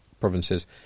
provinces